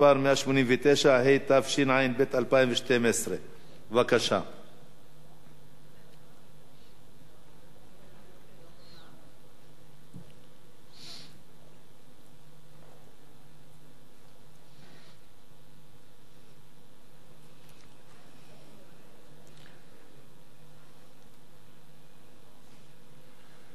189), התשע"ב 2012. בבקשה.